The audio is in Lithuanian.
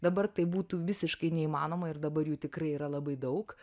dabar tai būtų visiškai neįmanoma ir dabar jų tikrai yra labai daug